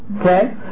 Okay